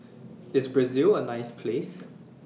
IS Brazil A nice Place